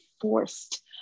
forced